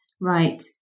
right